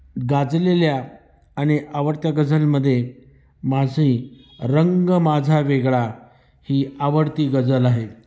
गाजलेल्या आणि आवडत्या गजलमध्ये माझी रंग माझा वेगळा ही आवडती गजल आहे